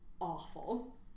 Awful